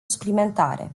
suplimentare